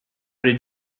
did